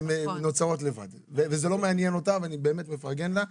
הן נוצרות לבד וזה לא מעניין אותה ואני באמת מפרגן לה.